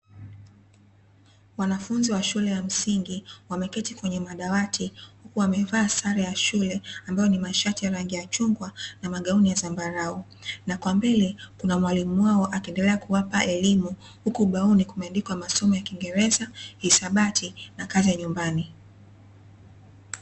Wanafunzi wa shule ya msingi wameketi kwenye madawati huku wamevaa sare ya shule ambayo ni mashati ya rangi ya chungwa na magauni ya zambarau. Na kwa mbele kuna mwalimu wao akiendelea kuwapa elimu huku ubaoni kumeandikwa masomo ya kingereza, hisabati na kazi ya nyumbani.